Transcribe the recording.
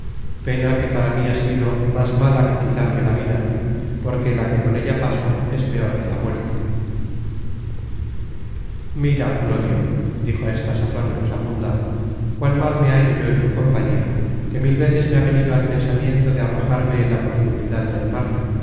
pena que para mí ha sido más mala que quitarme la vida porque la que con ella paso es peor que la muerte mira clodio dijo a esta sazon rosamunda cuán mal me hallo yo en tu compañía que mil veces me ha venido al pensamiento de arrojarme en la profundidad del mar